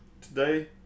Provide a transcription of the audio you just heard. today